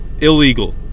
illegal